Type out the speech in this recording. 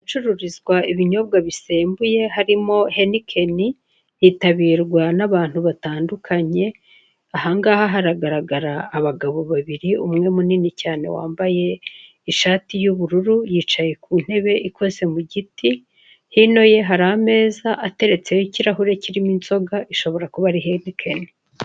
Ahacururizwa ibinyobwa bisembuye harimo henikeni hitabirwa n'abantu batandukanye, aha ngaha haragaragara abagobo babiri umwe munini wambaye ishati y'ubururu yicaye ku ntebe ikoze mu giti. Hirya ye hari amzea ateretseho ikirahure kirimo inzoga ishobora kuba ari henikeni.